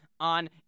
on